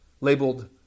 labeled